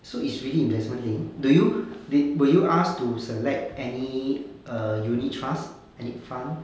so it's really investment link do you did were you asked to select err any unit trust any fund